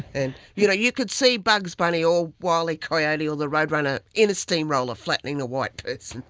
and you know you could see bugs bunny or wily coyote or the road runner in a steam roller flattening a white